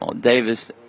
Davis